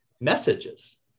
messages